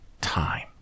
time